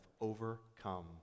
overcome